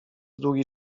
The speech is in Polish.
długi